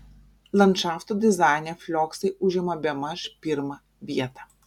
landšafto dizaine flioksai užima bemaž pirmą vietą